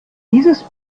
dieses